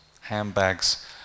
handbags